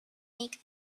make